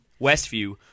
Westview